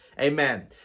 Amen